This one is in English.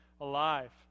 alive